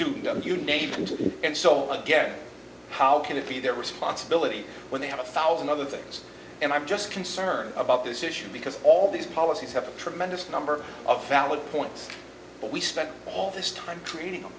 name and so again how can it be their responsibility when they have a thousand other things and i'm just concerned about this issue because all these policies have a tremendous number of valid points but we spent all this time training